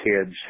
kids